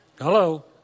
Hello